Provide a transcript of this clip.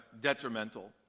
Detrimental